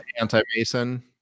Anti-Mason